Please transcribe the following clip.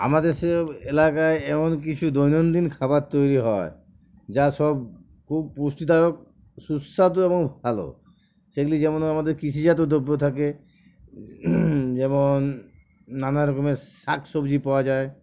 আমাদের দেশে এলাকায় এমন কিছু দৈনন্দিন খাবার তৈরি হয় যা সব খুব পুষ্টিদায়ক সুস্বাদু এবং ভালো সেগুলি যেমন আমাদের কৃষিজাত দ্রব্য থাকে যেমন নানারকমের শাক সবজি পাওয়া যায়